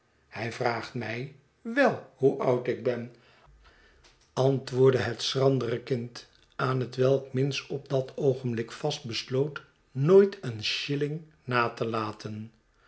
hij vraagt mij wel hoe oud ik ben antwoordde het schrandere kind aan hetwelk minns op dat oogenblik vast besloot nooit een shilling na te laten